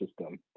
system